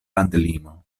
landlimo